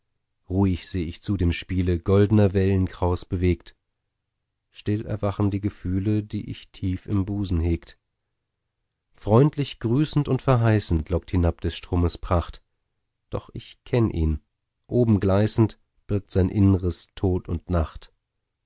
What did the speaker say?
ruhig seh ich zu dem spiele goldner wellen kraus bewegt still erwachen die gefühle die ich tief im busen hegt freundlich grüßend und verheißend lockt hinab des stromes pracht doch ich kenn ihn oben gleißend birgt sein innres tod und nacht